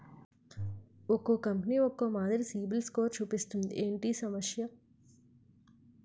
ఒక్కో కంపెనీ ఒక్కో మాదిరి సిబిల్ స్కోర్ చూపిస్తుంది ఏంటి ఈ సమస్య?